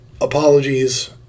apologies